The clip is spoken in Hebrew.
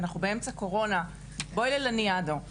אנחנו באמצע קורונה, בואי ללניאדו.